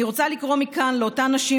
אני רוצה לקרוא מכאן לאותן נשים,